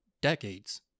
decades